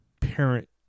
parent